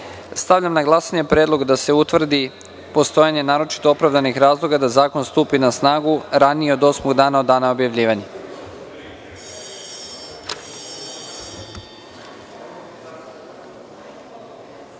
Srbije“.Stavljam na glasanje predlog da se utvrdi postojanje naročito opravdanih razloga da zakon stupi na snagu ranije od osmog dana od dana objavljivanja. Molim